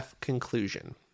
conclusion